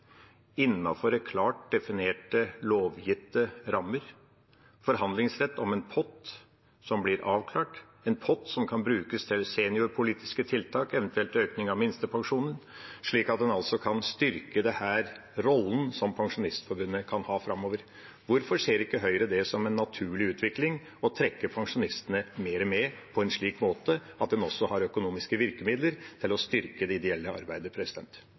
klart definerte lovgitte rammer, forhandlingsrett om en pott som blir avklart, en pott som kan brukes til seniorpolitiske tiltak, eventuelt en økning av minstepensjonen, slik at en altså kan styrke den rollen som Pensjonistforbundet kan ha framover. Hvorfor ser ikke Høyre det som en naturlig utvikling å trekke pensjonistene mer med på en slik måte at en også har økonomiske virkemidler til å styrke det ideelle arbeidet?